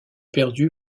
perdue